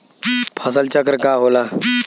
फसल चक्र का होला?